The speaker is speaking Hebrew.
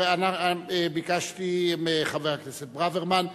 ביקשתי מחבר הכנסת ברוורמן.